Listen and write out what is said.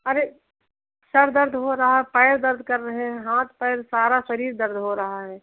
अरे सिर दर्द हो रहा है पैर दर्द कर कर रहे हैं हाथ पैर सारा शरीर दर्द हो रहा है